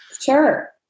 Sure